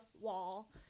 wall